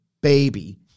baby